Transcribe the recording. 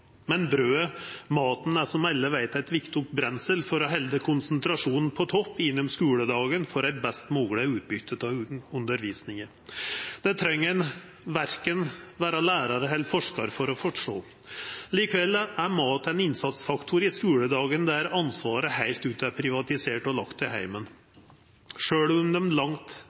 Men brødet – maten – er, som alle veit, eit viktig brensel for å halda konsentrasjonen på topp gjennom skuledagen og for eit best mogleg utbytte av undervisninga. Det treng ein verken vera lærar eller forskar for å forstå. Likevel er mat ein innsatsfaktor i skuledagen der ansvaret heilt ut er privatisert og lagt til heimen. Sjølv om langt